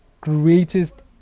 greatest